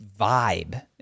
vibe